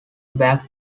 back